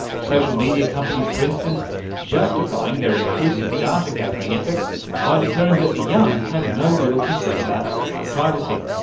social media companies for instance justifying their intrusive data-gathering efforts by declaring that the young have no real concern about online privacy,